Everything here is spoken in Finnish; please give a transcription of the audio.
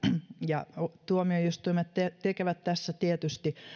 ja tuomioistuimet tekevät tässä tietysti